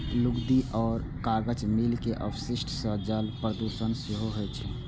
लुगदी आ कागज मिल के अवशिष्ट सं जल प्रदूषण सेहो होइ छै